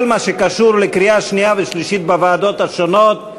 כל מה שקשור לקריאה השנייה והשלישית בוועדות השונות,